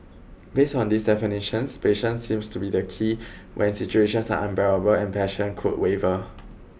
based on these definitions patience seems to be the key when situations are unbearable and passion could waver